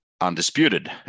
undisputed